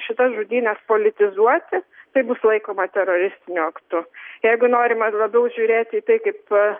šitas žudynes politizuoti tai bus laikoma teroristiniu aktu jeigu norima labiau žiūrėti į tai kaip